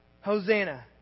Hosanna